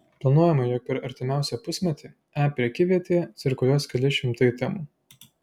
planuojama jog per artimiausią pusmetį e prekyvietėje cirkuliuos keli šimtai temų